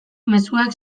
mezuak